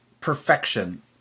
perfection